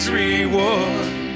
reward